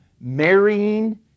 marrying